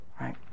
right